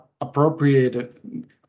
appropriated